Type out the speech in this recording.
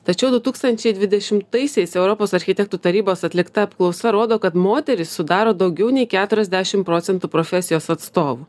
tačiau du tūkstančiai dvidešimtaisiais europos architektų tarybos atlikta apklausa rodo kad moterys sudaro daugiau nei keturiasdešim procentų profesijos atstovų